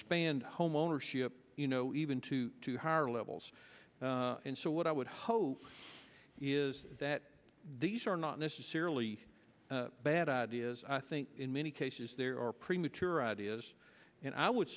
band homeownership you know even to to higher levels and so what i would hope is that these are not necessarily bad ideas i think in many cases there are premature ideas and i would